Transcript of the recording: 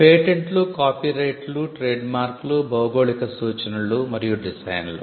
పేటెంట్లు కాపీరైట్లు ట్రేడ్మార్క్లు భౌగోళిక సూచనలు మరియు డిజైన్లు